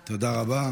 תודה רבה.